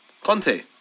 Conte